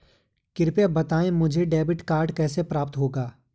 कृपया बताएँ मुझे डेबिट कार्ड कैसे प्राप्त होगा?